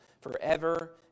forever